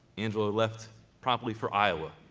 angela left promptly for iowa.